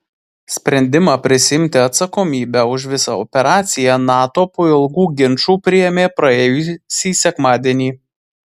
sprendimą prisiimti atsakomybę už visą operaciją nato po ilgų ginčų priėmė praėjusį sekmadienį